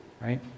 Right